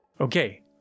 Okay